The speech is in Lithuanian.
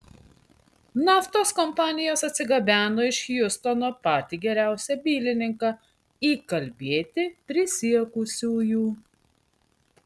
naftos kompanijos atsigabeno iš hjustono patį geriausią bylininką įkalbėti prisiekusiųjų